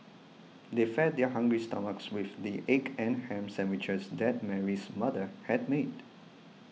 they fed their hungry stomachs with the egg and ham sandwiches that Mary's mother had made